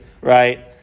right